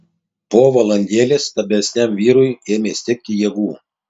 po valandėlės stambesniajam vyrui ėmė stigti jėgų